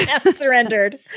Surrendered